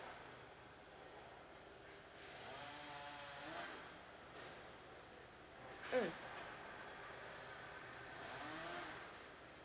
mm